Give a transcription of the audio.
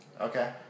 Okay